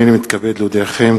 הנני מתכבד להודיעכם,